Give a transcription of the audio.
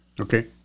Okay